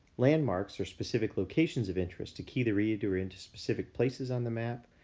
landmarks are specific locations of interest to key the reader into specific places on the map,